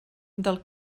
del